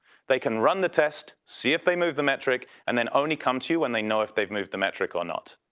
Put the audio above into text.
they can run the test, see if they moved the metric and then only come to you when they know if they've moved the metric or not.